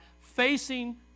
facing